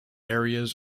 areas